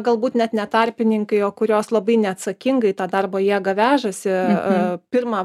galbūt net ne tarpininkai o kurios labai neatsakingai tą darbo jėgą vežasi a pirma